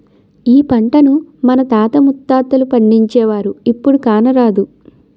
ఈ పంటను మన తాత ముత్తాతలు పండించేవారు, ఇప్పుడు కానరాదు